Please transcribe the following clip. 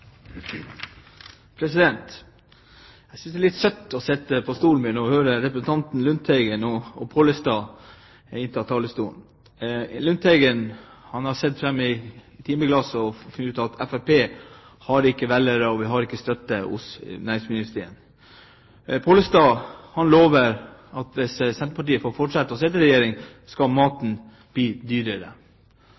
Jeg synes det er litt søtt å sitte på plassen min i salen og høre representantene Lundteigen og Pollestad fra talerstolen. Lundteigen har brukt timeglasset og sett framover og funnet ut at Fremskrittspartiet ikke har velgere og ikke har støtte hos næringsmiddelindustrien. Pollestad lover at hvis Senterpartiet får fortsette å sitte i regjering, skal maten